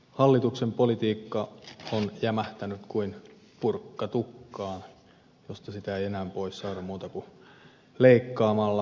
hallituksen politiikka on jämähtänyt kuin purkka tukkaan josta sitä ei enää pois saada muuten kuin leikkaamalla